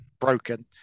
broken